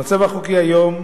במצב החוקי היום,